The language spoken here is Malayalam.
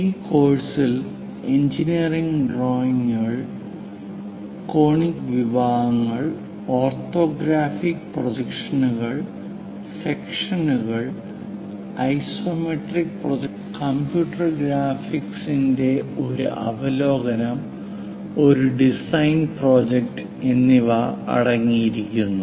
ഈ കോഴ്സിൽ എഞ്ചിനീയറിംഗ് ഡ്രോയിംഗുകൾ കോണിക് വിഭാഗങ്ങൾ ഓർത്തോഗ്രാഫിക് പ്രൊജക്ഷനുകൾ സെക്ഷനുകൾ ഐസോമെട്രിക് പ്രൊജക്ഷനുകൾ കമ്പ്യൂട്ടർ ഗ്രാഫിക്സിന്റെ ഒരു അവലോകനം ഒരു ഡിസൈൻ പ്രോജക്റ്റ് എന്നിവ അടങ്ങിയിരിക്കുന്നു